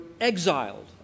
exiled